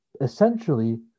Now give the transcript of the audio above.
essentially